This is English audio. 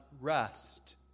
Rest